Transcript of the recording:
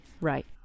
Right